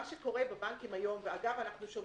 מה שקורה בבנקים היום ואגב אנחנו שומעים,